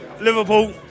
Liverpool